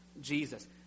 Jesus